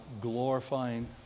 glorifying